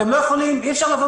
אתם לא יכולים אי-אפשר לבוא,